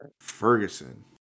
Ferguson